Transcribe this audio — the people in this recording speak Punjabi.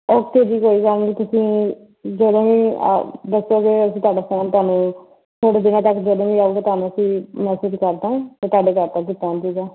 ਓਕੇ ਜੀ ਕੋਈ ਗੱਲ ਨਹੀਂ ਤੁਸੀਂ ਜਦੋਂ ਵੀ ਦੱਸੋਗੇ ਅਸੀਂ ਤੁਹਾਡਾ ਫੋਨ ਤੁਹਾਨੂੰ ਥੋੜ੍ਹੇ ਦਿਨਾਂ ਤੱਕ ਜਦੋਂ ਵੀ ਆਊਗਾ ਤੁਹਾਨੂੰ ਅਸੀਂ ਮੇਸ਼ੈਜ਼ ਕਰ ਦੇਵਾਂਗੇ ਅਤੇ ਤੁਹਾਡੇ ਘਰ ਤੱਕ ਵੀ ਪਹੁੰਚ ਜਾਊਗਾ